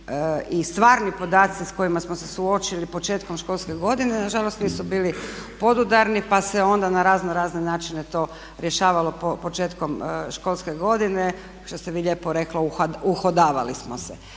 i stvarni podaci sa kojima smo se suočili početkom školske godine na žalost nisu bili podudarni, pa se onda na razno razne načine to rješavalo početkom školske godine što ste vi lijepo rekla uhodavali smo se.